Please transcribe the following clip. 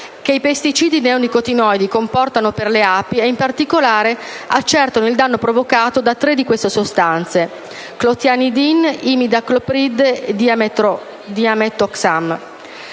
che i pesticidi neonicotinoidi comportano per le api e, in particolare, accertano il danno provocato da tre di queste sostanze (clothianidin, imidacloprid e thiamethoxam).